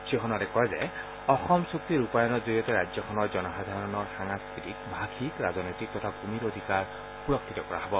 শ্ৰীসোণোৱালে কয় যে অসম চুক্তি ৰূপায়ণৰ জৰিয়তে ৰাজ্যখনৰ জনসাধাৰণৰ সাংস্কৃতিক ভাধিক ৰাজনৈতিক তথা ভূমিৰ অধিকাৰ সূৰক্ষিত কৰা হ'ব